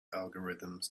algorithms